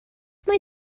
mae